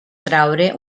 traure